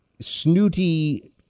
snooty